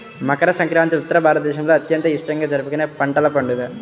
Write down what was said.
మకర సంక్రాంతి ఉత్తర భారతదేశంలో అత్యంత ఇష్టంగా జరుపుకునే పంటల పండుగ